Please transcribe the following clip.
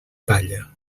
palla